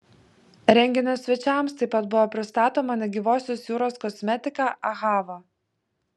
renginio svečiams taip pat buvo pristatoma negyvosios jūros kosmetika ahava